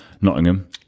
Nottingham